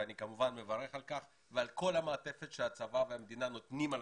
ואני כמובן מברך על כך ועל כל המעטפת שהצבא והמדינה נותנים לו,